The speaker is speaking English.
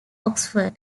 oxford